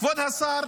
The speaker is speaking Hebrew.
כבוד השר,